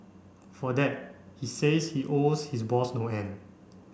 for that he says he owes his boss no end